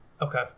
Okay